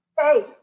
Hey